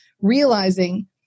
realizing